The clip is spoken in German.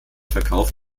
verkauf